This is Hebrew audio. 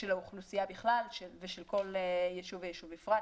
האוכלוסייה בכלל ושל כל ישוב ויישוב בפרט.